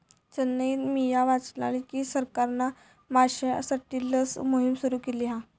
चेन्नईत मिया वाचलय की सरकारना माश्यांसाठी लस मोहिम सुरू केली हा